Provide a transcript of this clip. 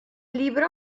libro